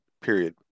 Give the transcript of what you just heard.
period